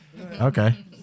Okay